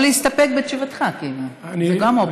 או להסתפק בתשובתך, זו גם אופציה.